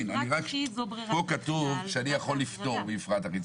רק פה כתוב שאני יכול לפטור ממפרט אחיד.